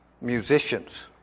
musicians